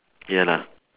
ya lah